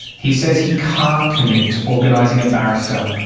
he says he can't commit to organising a barrister,